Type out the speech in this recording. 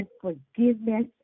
forgiveness